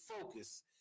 focus